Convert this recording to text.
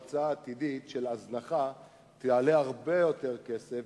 ההוצאה העתידית של ההזנחה תעלה הרבה יותר כסף,